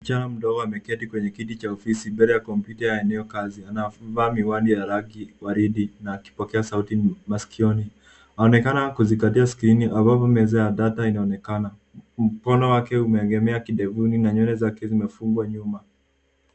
Msichana mdogo ameketi kwenye kiti cha ofisi mbele ya kompyuta ya eneo kazi. Anavaa miwani ya rangi waridi na kipokea sauti masikioni. Aonekana kuzingatia skrini ambavyo meza ya data inaonekana. Mkono wake umeeegema kidevuni na nywele zake zimefungwa nyuma.